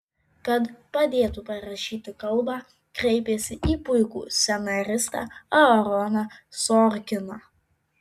kad padėtų parašyti kalbą kreipėsi į puikų scenaristą aaroną sorkiną